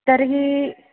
तर्हि